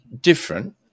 different